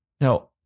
Now